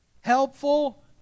helpful